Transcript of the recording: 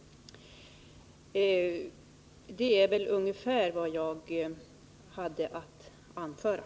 Det är väl ungefär vad jag har att anföra.